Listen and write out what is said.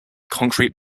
concrete